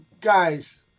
guys